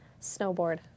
Snowboard